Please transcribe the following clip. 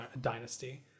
dynasty